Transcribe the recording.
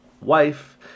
wife